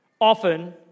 Often